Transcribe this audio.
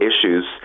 issues